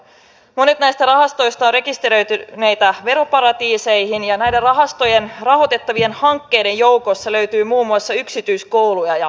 monet näistä rahastoista ovat rekisteröityineitä veroparatiiseihin ja näiden rahastojen rahoitettavien hankkeiden joukosta löytyy muun muassa yksityiskouluja ja hotelleja